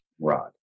rod